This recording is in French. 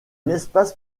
espace